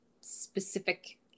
specific